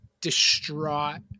distraught